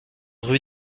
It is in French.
rue